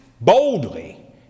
boldly